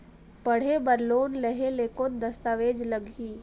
पढ़े बर लोन लहे ले कौन दस्तावेज लगही?